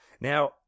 Now